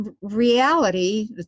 reality